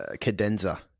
cadenza